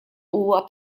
huwa